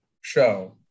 show